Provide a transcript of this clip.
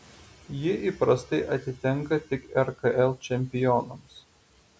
ji įprastai atitenka tik rkl čempionams